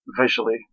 visually